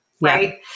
Right